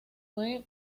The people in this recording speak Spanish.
fue